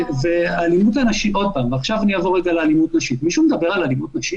עכשיו אני אעבור לאלימות נשית.